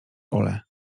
ole